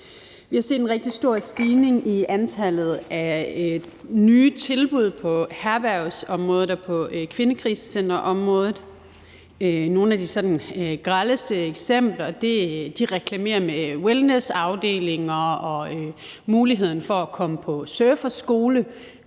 Vi har set en rigtig stor stigning i antallet af nye tilbud på herbergsområdet og på kvindekrisecenterområdet. Nogle af de sådan grelleste eksempler reklamerer med wellnessafdelinger og muligheden for at komme på surferskole: